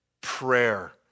prayer